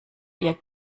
ihr